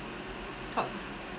talk lah